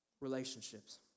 Relationships